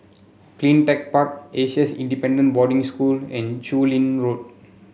CleanTech Park A C S Independent Boarding School and Chu Lin Road